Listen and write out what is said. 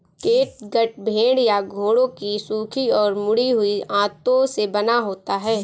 catgut भेड़ या घोड़ों की सूखी और मुड़ी हुई आंतों से बना होता है